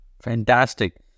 Fantastic